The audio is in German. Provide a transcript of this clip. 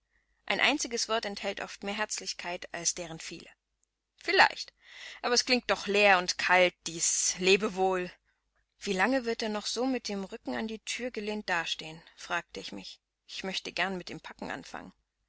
ein einziges wort enthält oft mehr herzlichkeit als deren viele vielleicht aber es klingt doch leer und kalt dies lebewohl wie lange wird er noch so mit dem rücken an die thür gelehnt dastehen fragte ich mich ich möchte gern mit dem packen anfangen